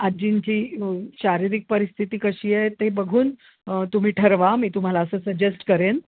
आजींची शारीरिक परिस्थिती कशी आहे ते बघून तुम्ही ठरवा मी तुम्हाला असं सजेस्ट करेन